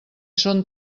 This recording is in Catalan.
són